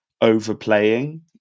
overplaying